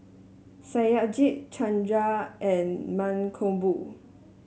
Satyajit Chanda and Mankombu